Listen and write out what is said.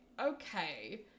okay